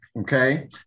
okay